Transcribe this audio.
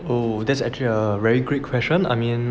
oh that's actually a very great question I mean